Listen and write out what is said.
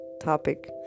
topic